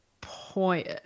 point